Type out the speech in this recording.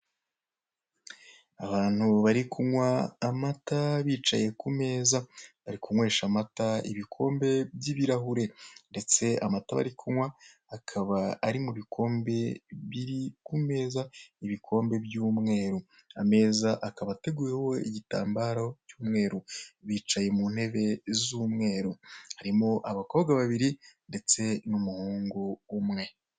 Abantu bari kunywa amata bicaye kumeza, barikunywesha amata ibikombe by'ibirahure, ndetse amata bari kunywa akaba ari mub'ikombe biri kumeza, ibikombe by'umweru, ameza akaba ateguyeho igitambaro cy'umweru, bicaye muntebe z'umweru, harimo abakobwa babiri ndetse n'umuhungu umwe.